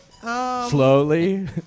Slowly